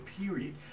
period